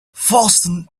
fasten